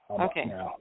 Okay